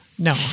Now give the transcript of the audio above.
No